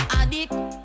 addict